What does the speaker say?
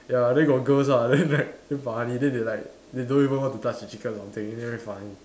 ya there got girls ah then right damn funny then they like they don't even want to touch the chicken or something then very funny